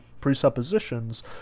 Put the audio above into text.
presuppositions